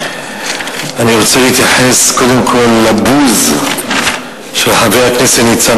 אני רוצה להתייחס קודם כול לבוז של חבר הכנסת ניצן